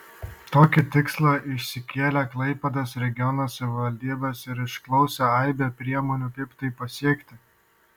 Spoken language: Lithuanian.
tokį tikslą išsikėlė klaipėdos regiono savivaldybės ir išklausė aibę priemonių kaip tai pasiekti